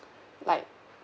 like